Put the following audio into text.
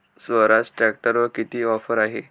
स्वराज ट्रॅक्टरवर किती ऑफर आहे?